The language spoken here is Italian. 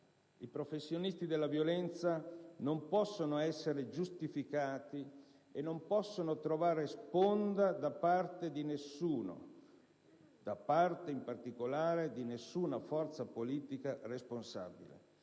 I professionisti della violenza non possono essere giustificati e non possono trovare sponda da parte di nessuno, da parte in particolare di nessuna forza politica responsabile.